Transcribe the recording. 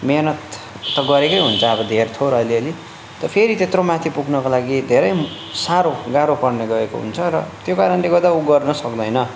मेहनत त गरेकै हुन्छ अब धेर थोर अलि अलि फेरी त्यत्रो माथि पुग्नुको लागि धेरै साह्रो गाह्रो पर्ने गएको हुन्छ र त्यो कारणले गर्दा ऊ गर्न सक्दैनँ